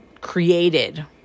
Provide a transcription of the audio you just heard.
created